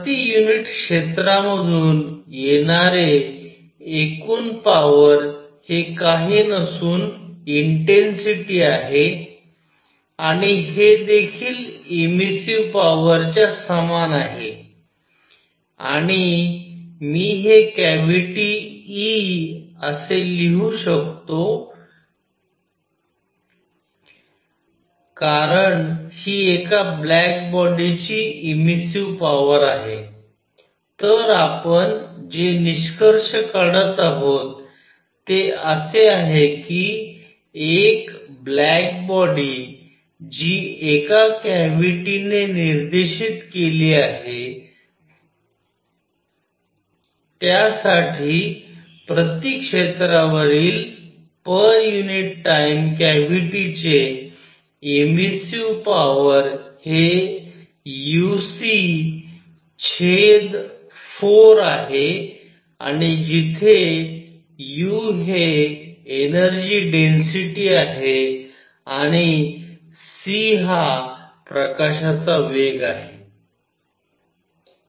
प्रति युनिट क्षेत्रामधून येणारे एकूण पॉवर हे काही नसून इंटेन्सिटी आहे आणि हे देखील इमिसिव्ह पॉवर च्या समान आहे आणि मी हे कॅव्हिटी e असे लिहू शकतो कारण ही एका ब्लॅक बॉडी ची इमिसिव्ह पॉवर आहे तर आपण जे निष्कर्ष काढत आहोत ते असे आहे कि एक ब्लॅक बॉडी जी एका कॅव्हिटी ने निर्देशित केली आहे त्या साठी प्रति क्षेत्रावरील पर युनिट टाइम कॅव्हिटीचे एमिसिव्ह पॉवर हे u c छेद 4 आहे जिथे u हे एनर्जी डेन्सिटी आहे आणि c प्रकाशाचा वेग आहे